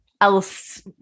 else